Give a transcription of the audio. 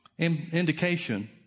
Indication